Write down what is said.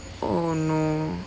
oh no